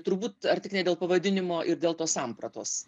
turbūt ar tik ne dėl pavadinimo ir dėl tos sampratos